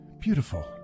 beautiful